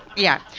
yeah,